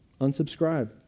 Unsubscribe